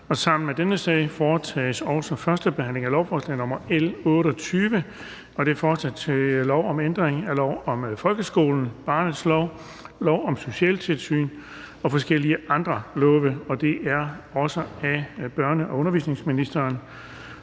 Sammen med dette punkt foretages: 6) 1. behandling af lovforslag nr. L 28: Forslag til lov om ændring af lov om folkeskolen, barnets lov, lov om socialtilsyn og forskellige andre love. (Styrkelse af undervisningen